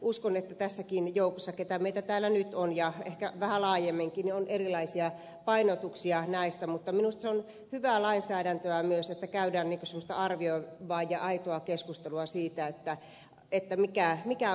uskon että tässäkin joukossa keitä meitä täällä nyt on ja ehkä vähän laajemminkin on erilaisia painotuksia näistä mutta minusta se on myös hyvää lainsäädäntöä että käydään semmoista arvioivaa ja aitoa keskustelua siitä mikä on sitten se lopputulema